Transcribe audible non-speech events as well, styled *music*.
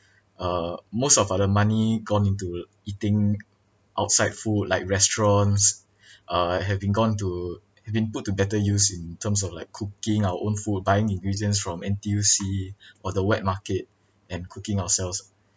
uh most of uh the money gone into eating outside food like restaurants *breath* uh have been gone to have been put to better use in terms of like cooking our own food buying ingredients from N_T_U_C or the wet market and cooking ourselves